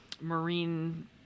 Marine